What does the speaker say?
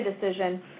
decision